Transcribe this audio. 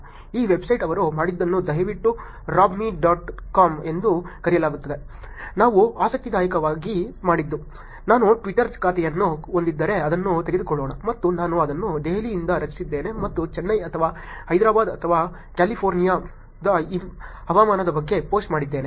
ಈ ವೆಬ್ಸೈಟ್ ಅವರು ಮಾಡಿದ್ದನ್ನು ದಯವಿಟ್ಟು ರಾಬ್ ಮಿ ಡಾಟ್ ಕಾಮ್ ಎಂದು ಕರೆಯಲಾಗುತ್ತದೆ ನಾವು ಆಸಕ್ತಿದಾಯಕವಾಗಿ ಮಾಡಿದ್ದು ನಾನು ಟ್ವಿಟರ್ ಖಾತೆಯನ್ನು ಹೊಂದಿದ್ದರೆ ಅದನ್ನು ತೆಗೆದುಕೊಳ್ಳೋಣ ಮತ್ತು ನಾನು ಅದನ್ನು ದೆಹಲಿಯಿಂದ ರಚಿಸಿದ್ದೇನೆ ಮತ್ತು ಚೆನ್ನೈ ಅಥವಾ ಹೈದರಾಬಾದ್ ಅಥವಾ ಕ್ಯಾಲಿಫೋರ್ನಿಯಾದ ಹವಾಮಾನದ ಬಗ್ಗೆ ಪೋಸ್ಟ್ ಮಾಡಿದ್ದೇನೆ